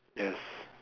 yes